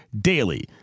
DAILY